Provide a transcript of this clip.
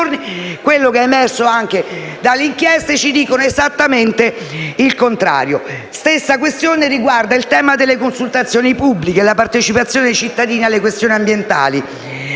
quello che è emerso dalle inchieste ci dicono esattamente il contrario. La stessa questione riguarda il tema delle consultazioni pubbliche e la partecipazione dei cittadini alle questioni ambientali,